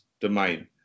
domain